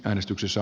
äänestyksessä